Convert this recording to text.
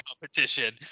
competition